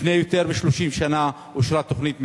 לפני יותר מ-30 שנה אושרה תוכנית מיתאר,